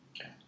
Okay